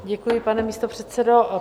Děkuji, pane místopředsedo.